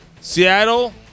Seattle